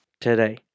today